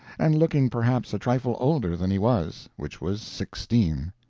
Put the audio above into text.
and looking perhaps a trifle older than he was, which was sixteen.